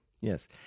Yes